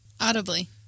Audibly